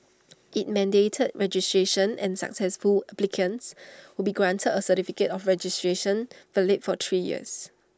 IT mandated registration and successful applicants would be granted A certificate of registration valid for three years